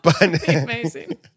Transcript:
amazing